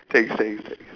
thanks thanks thanks